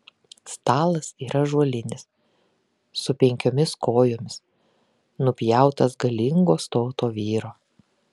stalas yra ąžuolinis su penkiomis kojomis nupjautas galingo stoto vyro